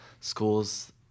schools